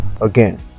again